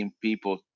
people